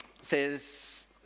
says